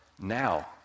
now